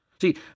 See